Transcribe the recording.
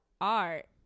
art